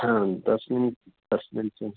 हा तस्मिन् तस्मिन् सम्